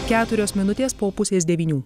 keturios minutės po pusės devynių